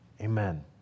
amen